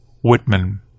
whitman